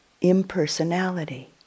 impersonality